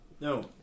no